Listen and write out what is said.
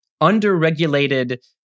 under-regulated